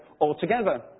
altogether